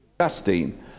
Justine